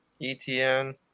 ETN